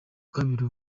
kabiri